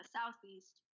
Southeast